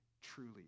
truly